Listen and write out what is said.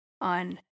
on